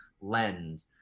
LEND